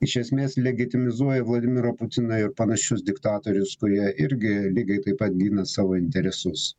iš esmės legetimizuoja vladimirą putiną ir panašius diktatorius kurie irgi lygiai taip pat gina savo interesus